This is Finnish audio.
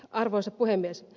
arvoisa puhemies